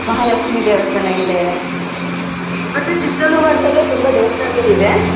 ಮಹಾಲಕ್ಷ್ಮೀ ದೇವಸ್ಥಾನ ಇದೆ ಮತ್ತು ಸಿದ್ಧಗಂಗಾ ಮಠದಲ್ಲೇ ತುಂಬ ದೇವ್ಸ್ಥಾನ್ಗಳ್ ಇವೆ